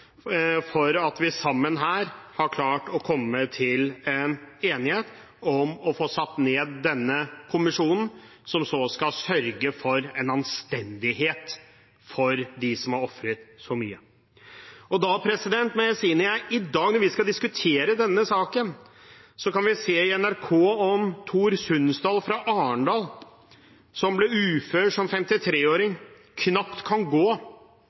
for at vi sammen har klart å komme til en enighet om å få satt ned denne kommisjonen, som så skal sørge for en anstendighet for dem som har ofret så mye. I dag, når vi skal diskutere denne saken, kan vi lese på NRKs nettsider om Tor Sundsdal fra Arendal, som ble ufør som 53-åring, og som knapt kan gå